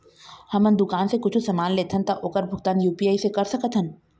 हमन दुकान से कुछू समान लेथन ता ओकर भुगतान यू.पी.आई से कर सकथन?